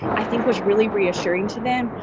i think was really reassuring to them.